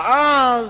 ואז,